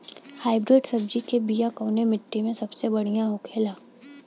Hybrid सब्जी के बिया कवने मिट्टी में सबसे बढ़ियां होखे ला?